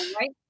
Right